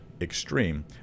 extreme